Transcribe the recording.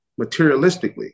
materialistically